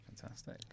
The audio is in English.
Fantastic